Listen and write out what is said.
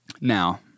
Now